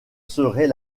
serait